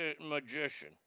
magician